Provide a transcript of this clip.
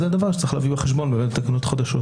זה דבר שבאמת צריך להביא בחשבון בהתקנת תקנות חדשות.